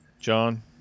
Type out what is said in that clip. John